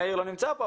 מאיר לא נמצא פה,